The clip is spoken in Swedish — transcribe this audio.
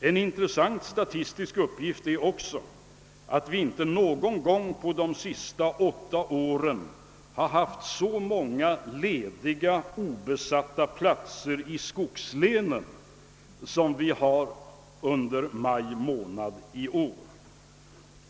En intressant statistisk uppgift är också att vi inte någon gång på de sista åtta åren har haft så många lediga obesatta platser i skogslänen som under maj månad i år.